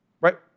right